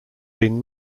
been